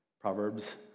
Proverbs